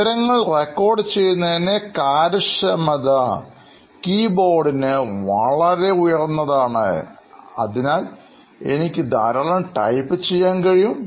വിവരങ്ങൾ റെക്കോർഡ് ചെയ്യുന്നതിന് കാര്യക്ഷമത കീബോർഡിന് വളരെ ഉയർന്നതാണെന്ന് അതിനാൽ എനിക്ക് ധാരാളം ടൈപ്പ് ചെയ്യാൻ കഴിയും